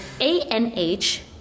a-n-h